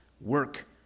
work